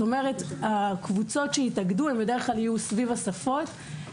הקבוצות מתאגדות סביב השפות.